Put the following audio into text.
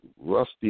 rusty